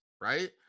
right